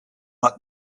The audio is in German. hat